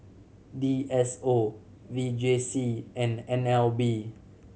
D S O V J C and N L B